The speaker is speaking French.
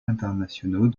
internationaux